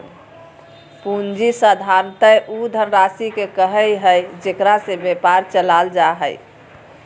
पूँजी साधारणतय उ धनराशि के कहइ हइ जेकरा से व्यापार चलाल जा हइ